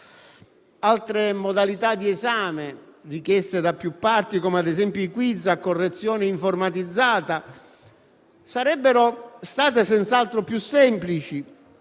Altre modalità di esame richieste da più parti, come ad esempio i quiz a correzione informatizzata, sarebbero state senz'altro più semplici